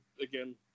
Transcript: again